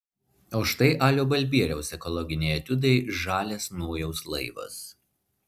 o štai alio balbieriaus ekologiniai etiudai žalias nojaus laivas